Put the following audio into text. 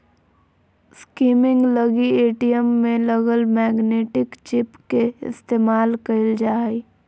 skimming लगी ATM में लगल मैग्नेटिक चिप के इस्तेमाल कइल जा हइ